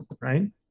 Right